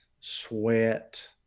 sweat